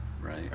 Right